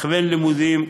הכוון לימודים,